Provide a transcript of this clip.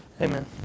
Amen